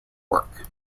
work